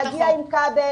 שיגיע עם כבל,